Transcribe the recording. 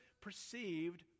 perceived